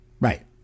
Right